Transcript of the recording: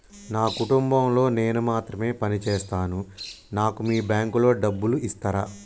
నా కుటుంబం లో నేను మాత్రమే పని చేస్తాను నాకు మీ బ్యాంకు లో డబ్బులు ఇస్తరా?